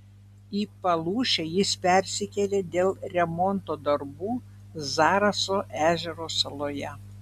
į palūšę jis persikėlė dėl remonto darbų zaraso ežero saloje